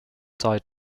died